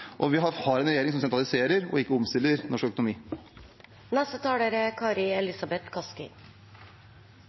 realitetene, og vi har en regjering som sentraliserer, ikke omstiller, norsk økonomi. Det som forener regjeringspartiene i denne debatten, er